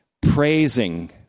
Praising